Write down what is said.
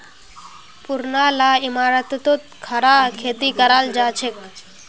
पुरना ला इमारततो खड़ा खेती कराल जाछेक